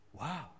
Wow